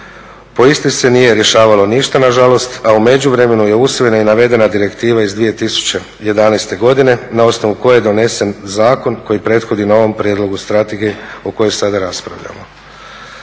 se nije ništa rješavalo nažalost, a u međuvremenu je usvojena i navedena Direktiva iz 2011.godine na osnovu koje je donesen zakon koji prethodi novom prijedlogu strategije o kojoj sada raspravljamo.